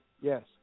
yes